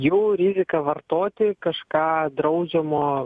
jau rizika vartoti kažką draudžiamo